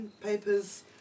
papers